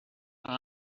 her